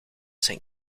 zijn